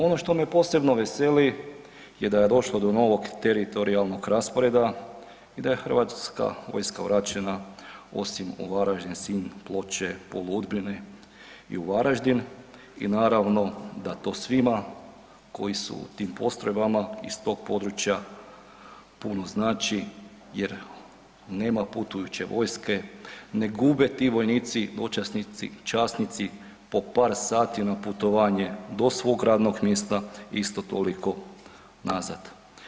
Ono što me posebno veseli je da je došlo do novog teritorijalnog rasporeda i da je HV vraćena osim u Varaždin, Sinj, Ploče, Pulu, Udbine i u Varaždin i naravno da to svima koji su u tim postrojbama iz tog područja puno znači jer nema putujuće vojske, ne gube ti vojnici i dočasnici i časnici po par sati na putovanje do svog radnog mjesta, isto toliko nazad.